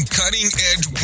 cutting-edge